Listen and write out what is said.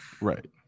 Right